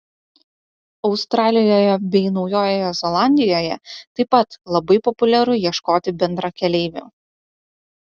australijoje bei naujojoje zelandijoje taip pat labai populiaru ieškoti bendrakeleivių